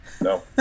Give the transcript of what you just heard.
No